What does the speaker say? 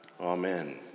Amen